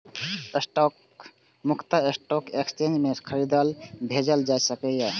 stock मुख्यतः stock exchange मे खरीदल, बेचल जाइ छै